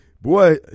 boy